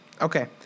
Okay